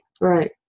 Right